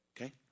Okay